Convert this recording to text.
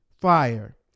fire